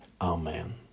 Amen